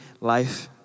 life